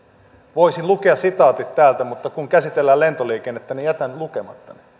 voisin lukea sitaatit täältä mutta kun käsitellään lentoliikennettä niin jätän ne lukematta